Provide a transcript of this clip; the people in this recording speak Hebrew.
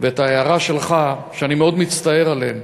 ואת ההערה שלך, שאני מאוד מצטער עליהם,